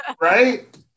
right